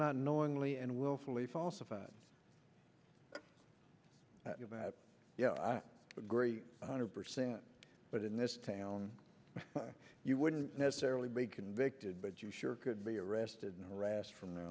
not knowingly and willfully falsified yeah i agree one hundred percent but in this town you wouldn't necessarily be convicted but you sure could be arrested and harassed from their